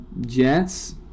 Jets